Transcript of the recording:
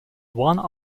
one